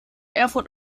erfurt